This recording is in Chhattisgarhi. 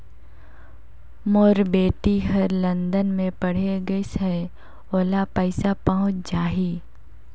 मोर बेटी हर लंदन मे पढ़े गिस हय, ओला पइसा पहुंच जाहि?